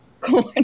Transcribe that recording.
Corn